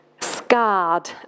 scarred